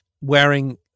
wearing